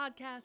Podcast